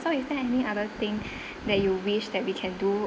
so is there any other thing that you wish that we can do